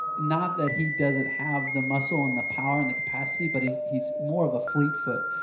not that he doesn't have the muscle and the power and the capacity, but he's he's more of a fleet foot.